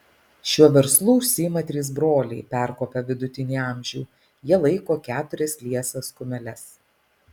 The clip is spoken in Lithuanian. šiuo verslu užsiima trys broliai perkopę vidutinį amžių jie laiko keturias liesas kumeles